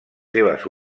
seves